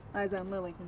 liza and lilly.